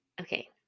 Okay